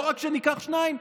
לא רק שניקח שניים,